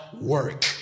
work